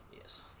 Yes